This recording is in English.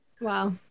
Wow